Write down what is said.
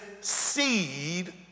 seed